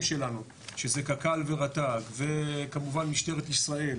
שלנו שזה קק"ל ורט"ג וכמובן משטרת ישראל